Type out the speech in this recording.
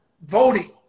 voting